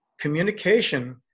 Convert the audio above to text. communication